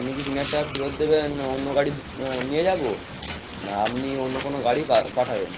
আপনি কি তিন হাজার টাকা ফেরত দেবেন না অন্য গাড়ি নিয়ে যাবো না আপনি অন্য কোনো গাড়ি পা পাঠাবেন